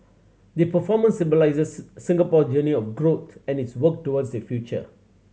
the performance symbolises Singapore journey of growth and its work towards the future